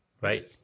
right